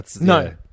No